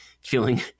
feeling